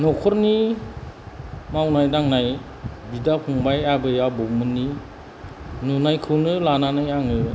न'खरनि मावनाय दांनाय बिदा फंबाय आबौ आबै मोननि नुनायखौनो लानानै आङो